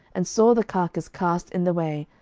and saw the carcase cast in the way,